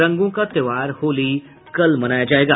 रंगों का त्योहार होली कल मनाया जायेगा